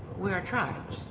we are tribes.